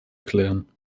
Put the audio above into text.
klären